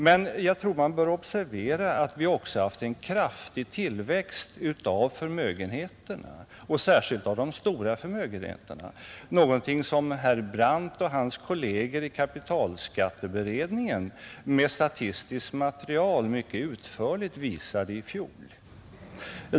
Men jag tror att man bör observera att vi också har haft en kraftig tillväxt av förmögenheterna och särskilt av de stora förmögenheterna, någonting som herr Brandt och hans kolleger i kapitalskatteberedningen med statistiskt material mycket utförligt visade i fjol.